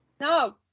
No